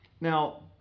now